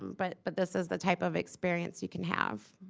but but this is the type of experience you can have.